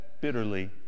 bitterly